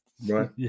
right